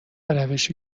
روشی